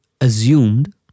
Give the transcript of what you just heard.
assumed